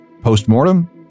Postmortem